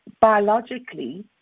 biologically